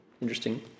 Interesting